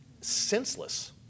senseless